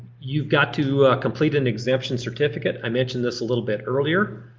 you've got to complete an exemption certificate. i mentioned this a little bit earlier.